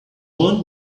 want